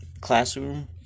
classroom